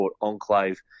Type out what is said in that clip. enclave